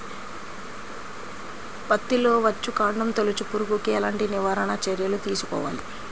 పత్తిలో వచ్చుకాండం తొలుచు పురుగుకి ఎలాంటి నివారణ చర్యలు తీసుకోవాలి?